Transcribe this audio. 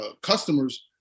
customers